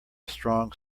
strong